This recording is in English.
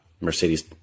Mercedes